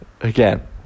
Again